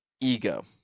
ego